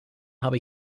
habe